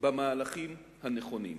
המהלכים הנכונים.